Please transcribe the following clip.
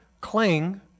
Cling